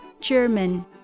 German